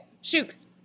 Shooks